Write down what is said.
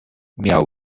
miał